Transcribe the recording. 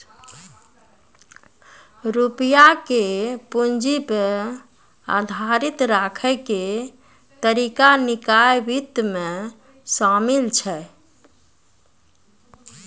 रुपया के पूंजी पे आधारित राखै के तरीका निकाय वित्त मे शामिल छै